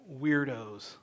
weirdos